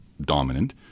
dominant